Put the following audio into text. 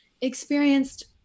experienced